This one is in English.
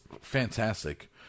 fantastic